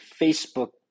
Facebook